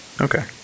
Okay